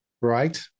Right